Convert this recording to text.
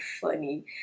funny